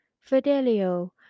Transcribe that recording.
fidelio